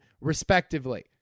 respectively